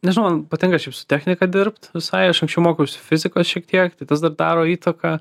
nežinau man patinka šiaip su technika dirbt visai aš anksčiau mokiausi fizikos šiek tiek tai tas dar daro įtaką